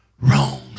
wrong